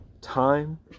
Time